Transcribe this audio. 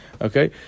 okay